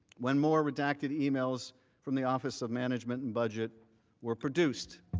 when moore rejected emails from the office of management and budget were produced,